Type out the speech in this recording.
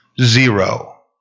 zero